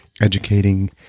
educating